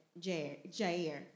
Jair